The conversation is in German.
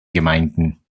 gemeinden